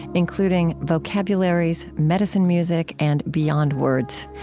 including vocabularies, medicine music, and beyond words.